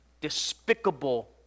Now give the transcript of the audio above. despicable